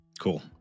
Cool